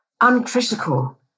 uncritical